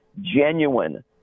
genuine